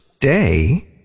day